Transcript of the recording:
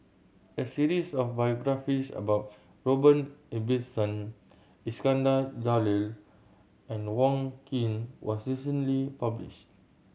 a series of biographies about Robert Ibbetson Iskandar Jalil and Wong Keen was recently published